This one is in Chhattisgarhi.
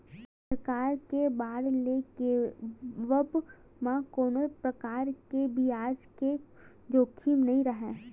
सरकार के बांड ल लेवब म कोनो परकार ले बियाज के जोखिम नइ राहय